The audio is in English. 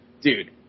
dude